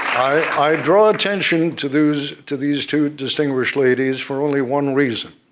i draw attention to these to these two distinguished ladies for only one reason.